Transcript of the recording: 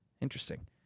Interesting